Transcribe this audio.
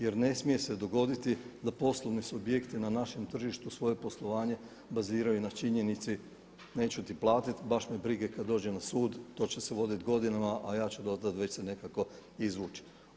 Jer ne smije se dogoditi da poslovni subjekti na našem tržištu svoje poslovanje baziraju na činjenici neću ti platiti, baš me brige, kad dođem na sud to će se voditi godinama, a ja ću dotle već se nekako izvući.